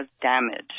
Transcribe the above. damage